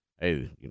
hey